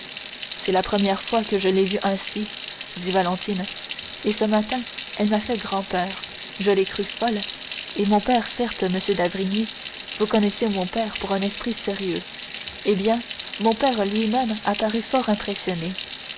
c'est la première fois que je l'ai vue ainsi dit valentine et ce matin elle m'a fait grand-peur je l'ai crue folle et mon père certes monsieur d'avrigny vous connaissez mon père pour un esprit sérieux eh bien mon père lui-même a paru fort impressionné